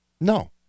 No